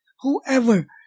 whoever